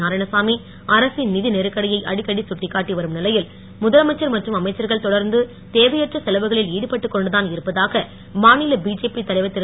நாராயணசாமி அரசின் நிதி நெருக்கடியை அடிக்கடி சுட்டிக்காட்டி வரும் நிலையிலும் முதலமைச்சர் மற்றும் அமைச்சர்கள் தொடர்ந்து தேவையற்ற செலவுகளில் ஈடுபட்டுக் கொண்டுதான் இருப்பதாக மாநில பிஜேபி தலைவர் திரு